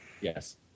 yes